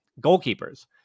goalkeepers